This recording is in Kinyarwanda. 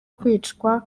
kwicwa